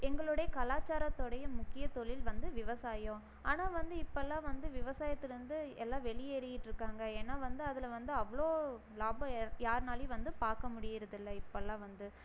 எங்களோடைய கலாச்சாரத்தோடைய முக்கிய தொழில் வந்து விவசாயம் ஆனால் வந்து இப்பெல்லாம் வந்து விவசாயத்துலந்து எல்லாம் வெளியேறிகிட்ருக்காங்க ஏன்னா வந்து அதில் வந்து அவ்வளோ லாபம் யாருனாலையும் வந்து பார்க்க முடியிறது இல்லை இப்பெல்லாம் வந்து